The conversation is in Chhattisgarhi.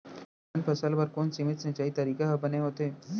दलहन फसल बर कोन सीमित सिंचाई तरीका ह बने होथे?